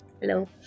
Hello